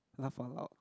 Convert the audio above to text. laugh out loud